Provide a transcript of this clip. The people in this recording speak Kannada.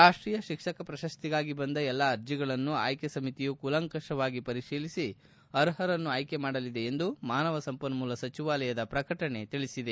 ರಾಷ್ಷೀಯ ಶಿಕ್ಷಕ ಪ್ರಶಸ್ತಿಗಾಗಿ ಬಂದ ಎಲ್ಲ ಅರ್ಜಿಗಳನ್ನು ಆಯ್ಲೆ ಸಮಿತಿಯು ಕೂಲಂಕಷವಾಗಿ ಪರಿಶೀಲಿಸಿ ಅರ್ಪರನ್ನು ಆಯ್ಲೆ ಮಾಡಲಿದೆ ಎಂದು ಮಾನವ ಸಂಪನ್ಮೂಲ ಸಚಿವಾಲಯದ ಪ್ರಕಟಣೆ ತಿಳಿಸಿದೆ